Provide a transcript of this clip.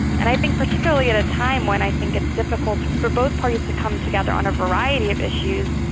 and i think particularly at a time when i think it's difficult for both parties to come together on a variety of issues,